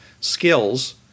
skills